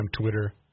twitter